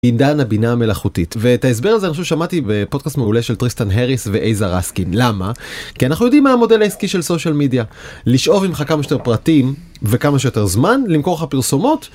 עידן הבינה המלאכותית. ואת ההסבר הזה אני חושב ששמעתי בפודקאסט מעולה של טריסטן האריס ויזהר רסקין. למה? כי אנחנו יודעים מה המודל העסקי של סושיאל מדיה: לשאוב ממך כמה שיותר פרטים וכמה שיותר זמן, למכור לך פרסומות.